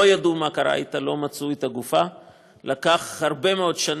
לא ידעו מה קרה אתה, לא מצאו את הגופה.